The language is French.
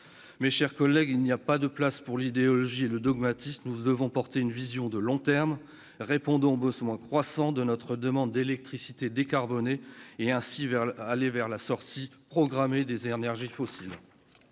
mes chers collègues, il n'y a pas de place pour l'idéologie et le dogmatisme, nous devons porter une vision de long terme, répondant besoin croissant de notre demande d'électricité décarbonnée et ainsi vers l'aller vers la sortie programmée des dernières.